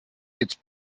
its